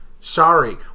Sorry